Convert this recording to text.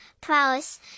prowess